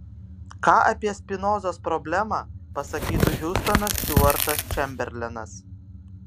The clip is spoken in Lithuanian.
ką apie spinozos problemą pasakytų hiustonas stiuartas čemberlenas